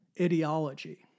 ideology